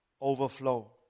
overflow